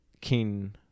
king